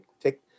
Take